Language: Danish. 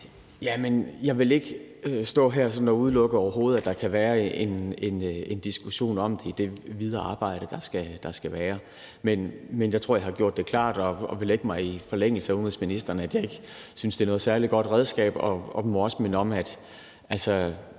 ikke stå her og udelukke, at der kan være en diskussion om det i det videre arbejde, der skal være. Men jeg tror også, jeg har gjort det klart – og jeg vil her også lægge mig i forlængelse af det, som udenrigsministeren har sagt – at jeg ikke synes, det er noget særlig godt redskab.